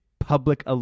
Public